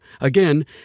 Again